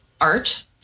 art